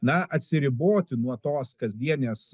na atsiriboti nuo tos kasdienės